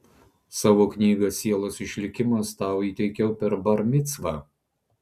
savo knygą sielos išlikimas tau įteikiau per bar micvą